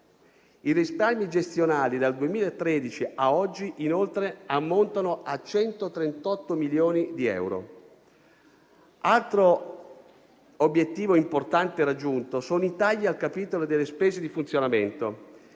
I risparmi gestionali dal 2013 a oggi, inoltre, ammontano a 138 milioni di euro. Altro obiettivo importante raggiunto sono i tagli al capitolo delle spese di funzionamento,